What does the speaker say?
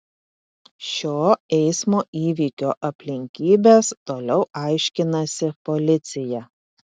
šio eismo įvykio aplinkybes toliau aiškinasi policija